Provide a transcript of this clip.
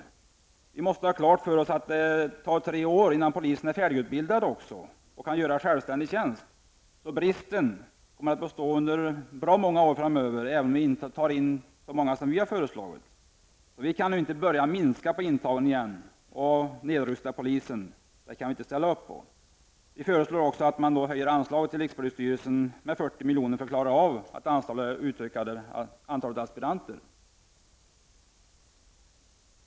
Vi måste ha klart för oss att det tar tre år innan en polis är färdigutbildad och kan göra självständig tjänst. Bristen kommer därför att bestå under bra många år framöver, även om inte så många polisaspiranter som vi har föreslagit tas in. Man kan därför inte börja minska antalet aspiranter som tas in igen och nedrusta polisen. Detta kan vi inte ställa oss bakom. Centern tilllsammans med moderaterna föreslår därför i reservation 6 att anslaget till rikspolisstyrelsen höjs med 40 milj.kr. för ett utökat antal aspiranter.